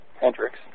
Hendricks